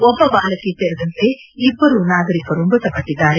ಒಬ್ಬ ಬಾಲಕಿ ಸೇರಿದಂತೆ ಇಬ್ಬರು ನಾಗರಿಕರು ಮೃತಪಟ್ಟಿದ್ದಾರೆ